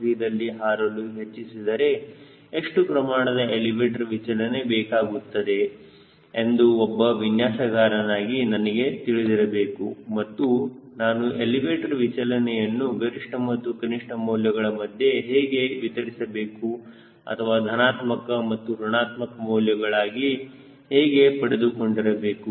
3 ದಲ್ಲಿ ಹಾರಲು ಹೆಚ್ಚಿಸಿದರೆ ಎಷ್ಟು ಪ್ರಮಾಣದ ಎಲಿವೇಟರ್ ವಿಚಲನೆ ಬೇಕಾಗುತ್ತದೆ ಎಂದು ಒಬ್ಬ ವಿನ್ಯಾಸಗಾರನಾಗಿ ನನಗೆ ತಿಳಿದಿರಬೇಕು ಮತ್ತು ನಾನು ಎಲಿವೇಟರ್ ವಿಚಲನೆಯನ್ನು ಗರಿಷ್ಠ ಮತ್ತು ಕನಿಷ್ಠ ಮೌಲ್ಯಗಳ ಮಧ್ಯೆ ಹೇಗೆ ವಿತರಿಸಬೇಕು ಅಥವಾ ಧನಾತ್ಮಕ ಮತ್ತು ಋಣಾತ್ಮಕ ಮೌಲ್ಯಗಳಾಗಿ ಹೇಗೆ ಪಡೆದುಕೊಂಡಿರಬೇಕು